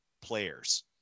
players